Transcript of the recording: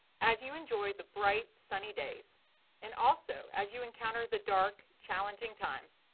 as you enjoy the bright sunny days and also as you encounter the dark, challenging times,